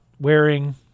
wearing